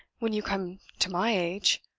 when you come to my age.